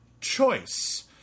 choice